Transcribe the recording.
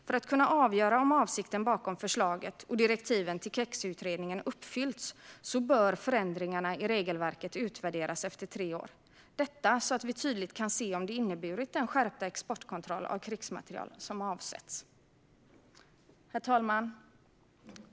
För att kunna avgöra om avsikten bakom förslaget - och direktiven till KEX-utredningen - har uppfyllts bör förändringarna i regelverket utvärderas efter tre år, så att vi tydligt kan se om de har inneburit den skärpta exportkontroll av krigsmateriel som avsetts. Herr talman!